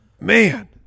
Man